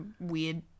weird